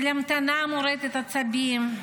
של המתנה מורטת עצבים,